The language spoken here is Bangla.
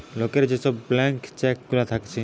লোকের যে ব্ল্যান্ক চেক গুলা থাকছে